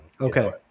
okay